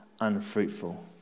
unfruitful